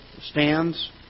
stands